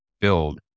build